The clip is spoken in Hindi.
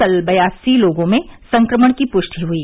कल बयासी लोगों में संक्रमण की पुष्टि हुई